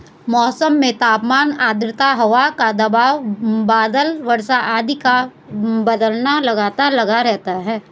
मौसम में तापमान आद्रता हवा का दबाव बादल वर्षा आदि का बदलना लगातार लगा रहता है